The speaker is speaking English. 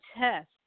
test